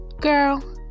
girl